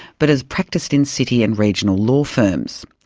but has practised in city and regional law firms.